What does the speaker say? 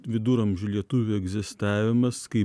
viduramžių lietuvių egzistavimas kaip